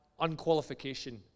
unqualification